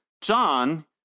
John